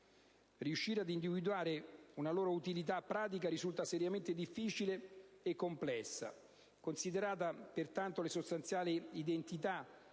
riuscire ad individuare una loro utilità pratica risulta seriamente difficile e complesso. Considerate pertanto le sostanziali identità